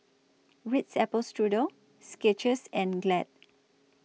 Ritz Apple Strudel Skechers and Glad